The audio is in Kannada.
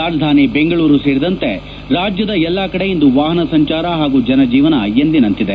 ರಾಜಧಾನಿ ಬೆಂಗಳೂರು ಸೇರಿದಂತೆ ರಾಜ್ಯದ ಎಲ್ಲಾ ಕಡೆ ಇಂದು ವಾಹನ ಸಂಚಾರ ಹಾಗೂ ಜನಜೀವನ ಎಂದಿನಂತಿದೆ